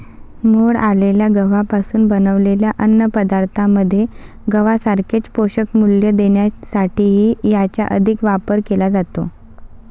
मोड आलेल्या गव्हापासून बनवलेल्या अन्नपदार्थांमध्ये गव्हासारखेच पोषणमूल्य देण्यासाठीही याचा अधिक वापर केला जातो